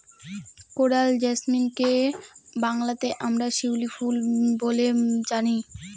coral জেসমিনকে বাংলাতে আমরা শিউলি ফুল বলে জানি